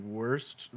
worst